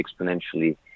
exponentially